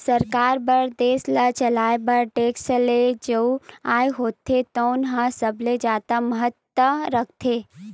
सरकार बर देस ल चलाए बर टेक्स ले जउन आय होथे तउने ह सबले जादा महत्ता राखथे